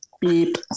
Beep